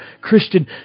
Christian